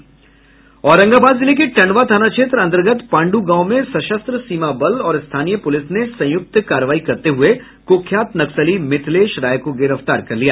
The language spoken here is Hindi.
औरंगाबाद जिले के टंडवा थाना क्षेत्र अतंर्गत पांडूं गांव में सशस्त्र सीमा बल और स्थानीय पूलिस ने संयुक्त कार्रवाई करते हुए कुख्यात नक्सली मिथिलेश राय को गिरफ्तार कर लिया